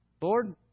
Lord